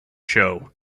show